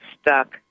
Stuck